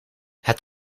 het